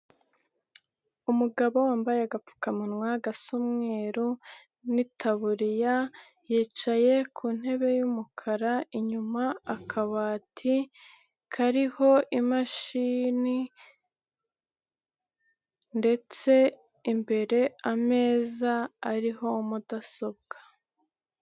Umugabo wambaye agapfukamunwa gasa umweru n'itaburiya yicaye ku ntebe y'umukara, inyuma akabati kariho imashini ndetse imbere ameza ariho mudasobwa.